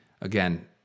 again